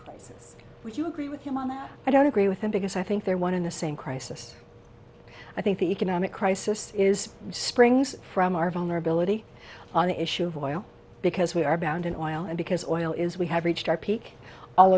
choices would you agree with him on that i don't agree with him because i think they're one in the same crisis i think the economic crisis is springs from our vulnerability on the issue of oil because we are bound in oil and because oil is we have reached our peak all